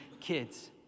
Kids